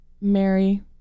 mary